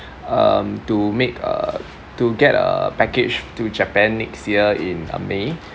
um to make uh to get a package to japan next year in uh may